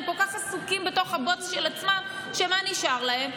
הם כל כך עסוקים בתוך הבוץ של עצמם, שמה נשאר להם?